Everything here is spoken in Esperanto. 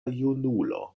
junulo